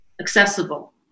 accessible